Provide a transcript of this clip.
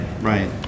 right